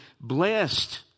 blessed